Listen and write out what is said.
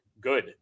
good